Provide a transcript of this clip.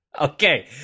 Okay